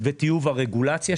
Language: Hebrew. וטיוב הרגולציה,